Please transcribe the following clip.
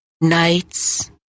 Nights